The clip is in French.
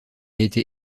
été